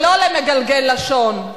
ולא למגלגל לשון.